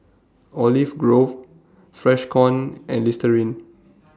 Olive Grove Freshkon and Listerine